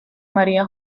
maría